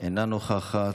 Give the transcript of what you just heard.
אינה נוכחת,